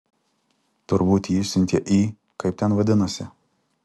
turbūt jį išsiuntė į kaip ten vadinasi